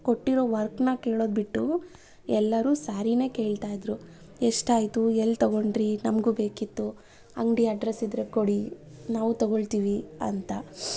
ಕೊಟ್ಟಿರೊ ವರ್ಕ್ನ ಕೇಳೋದು ಬಿಟ್ಟು ಎಲ್ಲರು ಸ್ಯಾರೀನೆ ಕೇಳ್ತಾಯಿದ್ರು ಎಷ್ಟಾಯಿತು ಎಲ್ಲಿ ತಗೊಂಡ್ರಿ ನಮಗೂ ಬೇಕಿತ್ತು ಅಂಗಡಿ ಅಡ್ರೆಸ್ ಇದ್ದರೆ ಕೊಡಿ ನಾವು ತಗೋಳ್ತೀವಿ ಅಂತ